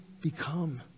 become